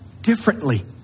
differently